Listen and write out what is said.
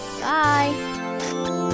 Bye